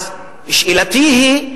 אז שאלתי היא,